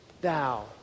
Thou